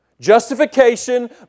Justification